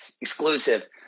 exclusive